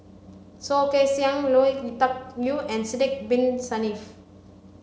Soh Kay Siang Lui Tuck Yew and Sidek Bin Saniff